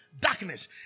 Darkness